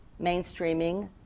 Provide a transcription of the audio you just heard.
mainstreaming